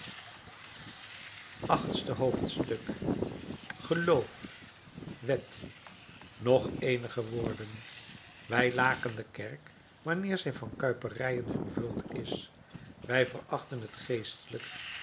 achtste hoofdstuk geloof wet nog eenige woorden wij laken de kerk wanneer zij van kuiperijen vervuld is wij verachten het geestelijke